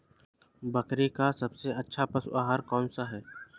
बकरी का सबसे अच्छा पशु आहार कौन सा है?